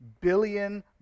billion